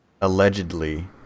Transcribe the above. allegedly